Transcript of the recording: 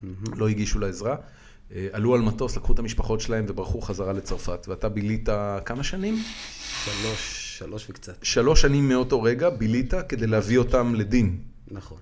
לא הגישו לה עזרה, עלו על מטוס, לקחו את המשפחות שלהם וברחו חזרה לצרפת. ואתה בילית כמה שנים? שלוש, שלוש וקצת. שלוש שנים מאותו רגע בילית כדי להביא אותם לדין. נכון.